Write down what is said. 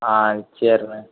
ஆ சரிண்ணே